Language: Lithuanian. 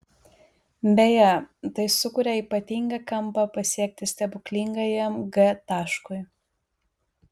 beje tai sukuria ypatingą kampą pasiekti stebuklingajam g taškui